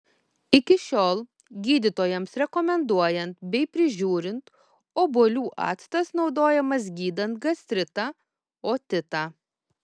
iki šiol gydytojams rekomenduojant bei prižiūrint obuolių actas naudojamas gydant gastritą otitą